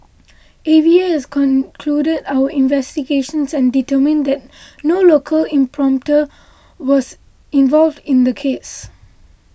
A V A has concluded our investigations and determined that no local importer was involved in the case